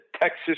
Texas